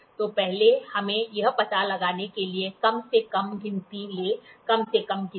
तो पहले हमें यह पता लगाने के लिए कम से कम गिनती ले कम से कम गिनती